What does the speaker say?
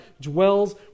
dwells